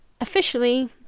officially